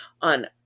on